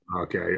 Okay